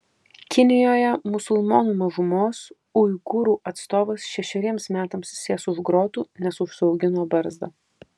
kinijoje musulmonų mažumos uigūrų atstovas šešeriems metams sės už grotų nes užsiaugino barzdą